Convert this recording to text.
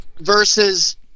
versus